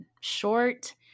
short